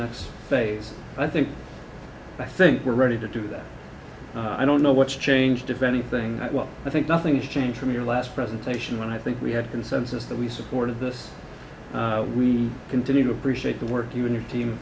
next phase i think i think we're ready to do that i don't know what's changed if anything i think nothing's changed from your last presentation i think we had a consensus that we supported this we continue to appreciate the work you and your team